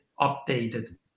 updated